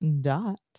Dot